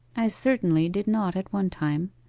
i certainly did not at one time.